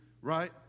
right